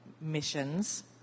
missions